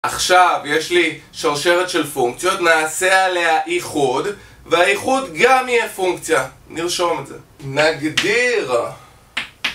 עכשיו יש לי שרשרת של פונקציות, נעשה עליה איחוד והאיחוד גם יהיה פונקציה, נרשום את זה. נגדיר